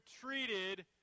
treated